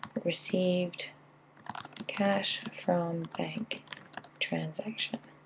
received cash from bank transaction,